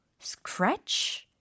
scratch